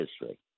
history